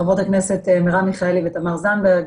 חברות הכנסת מרב מיכאלי ותמר זנדברג,